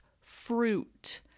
fruit